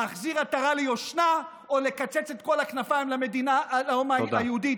להחזיר עטרה ליושנה או לקצץ את כל הכנפיים למדינה היהודית,